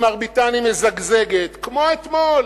ממרביתן היא מזגזגת, כמו אתמול.